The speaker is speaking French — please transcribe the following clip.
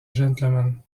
gentleman